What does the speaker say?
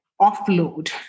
offload